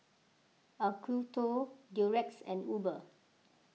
Acuto Durex and Uber